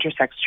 intersex